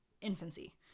infancy